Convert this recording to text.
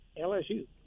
LSU